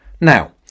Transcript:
Now